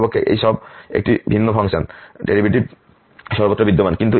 প্রকৃতপক্ষে এই সব একটি ভিন্ন ফাংশন ডেরিভেটিভ সর্বত্র বিদ্যমান